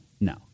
No